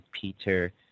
Peter